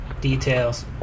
Details